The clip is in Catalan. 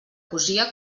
cosia